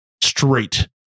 straight